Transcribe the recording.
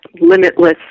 limitless